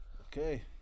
Okay